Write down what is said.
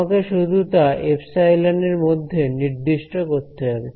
আমাকে শুধু তা এপসাইলন এর মধ্যে নির্দিষ্ট করতে হবে